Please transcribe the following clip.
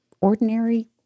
ordinary